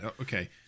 Okay